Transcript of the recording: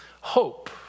Hope